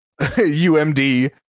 UMD